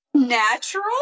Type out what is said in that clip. Natural